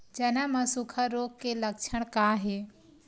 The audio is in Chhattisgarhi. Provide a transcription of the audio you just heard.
चना म सुखा रोग के लक्षण का हे?